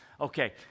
okay